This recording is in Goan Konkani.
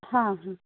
हा हा